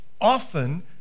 often